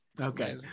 Okay